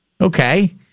Okay